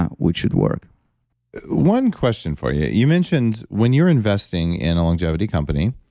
which should work one question for you, you mentioned, when you're investing in a longevity company,